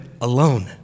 alone